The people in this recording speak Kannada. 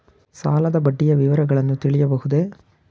ಸಾಲದ ಬಡ್ಡಿಯ ವಿವರಗಳನ್ನು ತಿಳಿಯಬಹುದೇ?